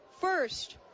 first